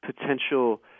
potential